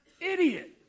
idiot